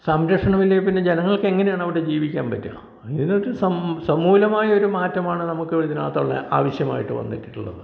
സംരക്ഷണം ഇല്ലെങ്കിൽ പിന്നെ ജനങ്ങൾക്ക് എങ്ങനെയാണ് അവിടെ ജീവിക്കാൻ പറ്റുക അതിനൊരു സം സമൂലമായൊരു മാറ്റമാണ് നമുക്ക് ഇതിനകത്തുള്ളത് ആവശ്യമായിട്ട് വന്നിട്ടുള്ളത്